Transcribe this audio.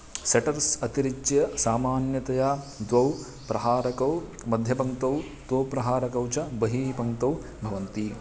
setters अतिरिच्य सामान्यतया द्वौ प्रहारकौ मध्यपङ्क्तौ त्वौ प्रहारकौ च बहिः पङ्क्तौ भवन्ति